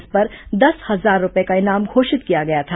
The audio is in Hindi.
इस पर दस हजार रूपए का इनाम घोषित किया गया था